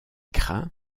crins